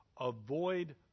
Avoid